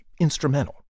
Instrumental